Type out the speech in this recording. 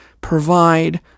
Provide